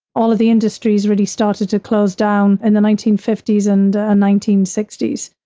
all of the industries really started to close down in the nineteen fifty s and ah nineteen sixty s.